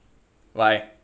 why